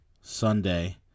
Sunday